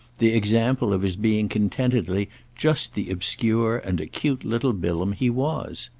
the example of his being contentedly just the obscure and acute little bilham he was.